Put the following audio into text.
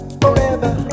forever